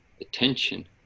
attention